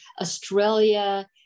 Australia